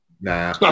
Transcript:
nah